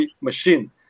machine